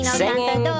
singing